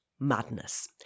madness